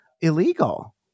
illegal